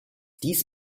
dies